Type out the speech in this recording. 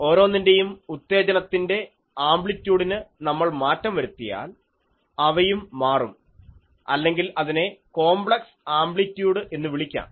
ഓരോന്നിന്റെയും ഉത്തേജനത്തിന്റെ ആംപ്ലിറ്റ്യൂഡിന് നമ്മൾ മാറ്റം വരുത്തിയാൽ അവയും മാറും അല്ലെങ്കിൽ അതിനെ കോംപ്ലക്സ് ആംപ്ലിറ്റ്യൂഡ് എന്ന് വിളിക്കാം